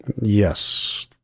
Yes